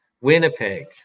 Winnipeg